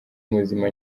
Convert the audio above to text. muzima